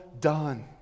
done